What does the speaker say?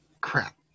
Crap